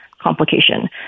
complication